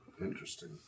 Interesting